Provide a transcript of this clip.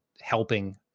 helping